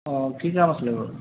অঁ কি কাম আছিলে বাৰু